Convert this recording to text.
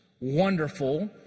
wonderful